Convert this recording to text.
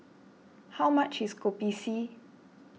how much is Kopi C